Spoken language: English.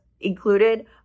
included